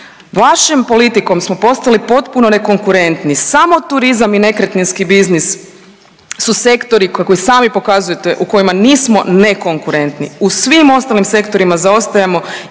Vašim politikom smo postali potpuno nekonkurentni, samo turizam i nekretninski biznis su sektori kako i sami pokazujete u kojima nismo ne konkurentni u svim ostalim sektorima zaostajemo